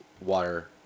Water